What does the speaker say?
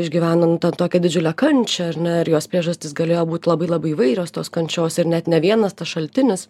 išgyveno nu tą tokią didžiulę kančią ar ne ir jos priežastis galėjo būt labai labai įvairios tos kančios ir net ne vienas šaltinis